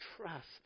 Trust